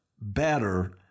better